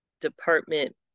department